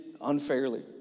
unfairly